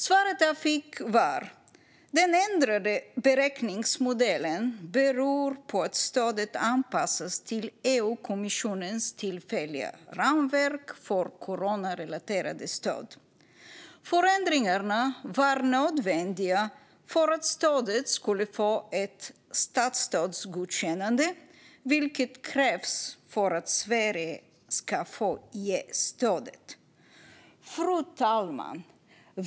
Svaret jag fick var: Den ändrade beräkningsmodellen beror på att stödet anpassats till EU-kommissionens tillfälliga ramverk för coronarelaterade stöd. Förändringarna var nödvändiga för att stödet skulle få ett statsstödsgodkännande, vilket krävs för att Sverige ska få ge stödet. Fru talman!